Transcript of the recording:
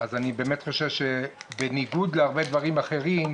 אז אני באמת חושב שבניגוד להרבה דברים אחרים,